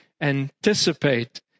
anticipate